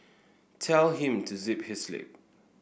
tell him to zip his lip